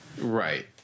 Right